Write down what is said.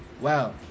wow